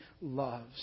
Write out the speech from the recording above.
loves